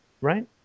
right